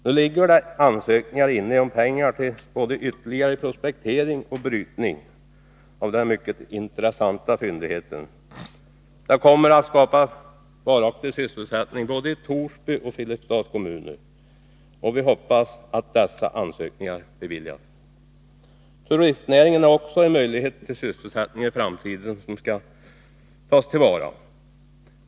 Nu ligger det ansökningar inne om pengar till både ytterligare prospektering och brytning av denna mycket intressanta fyndighet. Projektet kommer att skapa varaktig sysselsättning i Torsby och Filipstads kommuner, och vi hoppas att dessa ansökningar beviljas. Turistnäringen är också en möjlighet till sysselsättning i framtiden som skall tas till vara.